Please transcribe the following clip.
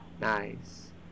nice